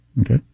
Okay